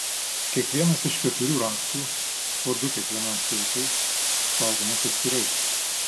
kiekvienas iš keturių raktų po du kiekvienam seifui saugomas atskirai